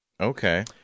Okay